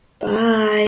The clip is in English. Bye